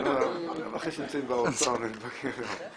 אבל אחרי שנמצאים באוצר, זה נדבק אליך גם.